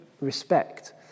respect